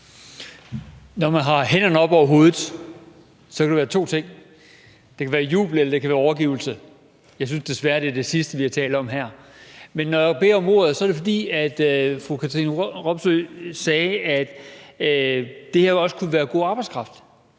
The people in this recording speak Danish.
Når man har hænderne oppe over hovedet, kan det være to ting: Det kan være jubel, eller det kan være overgivelse. Jeg synes desværre, det er det sidste, vi har talt om her. Men når jeg beder om ordet, er det, fordi fru Katrine Robsøe sagde, at det her også kunne være god arbejdskraft.